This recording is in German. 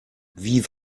wie